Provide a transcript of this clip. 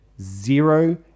zero